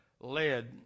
led